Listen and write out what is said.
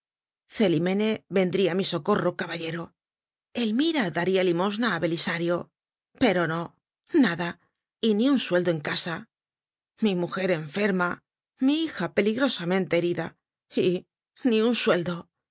celimene vendria á mi socorro caballero elmira daria limosna á belisario pero no nada y ni un sueldo en casa mi mujer enferma mi hija peligrosamente herida y ni un sueldo